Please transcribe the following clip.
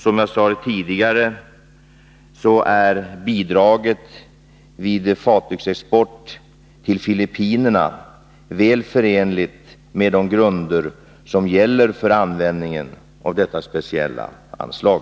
Som jag sade tidigare är bidraget vid fartygsexport till Filippinerna väl förenligt med de grunder som gäller för användningen av detta speciella anslag.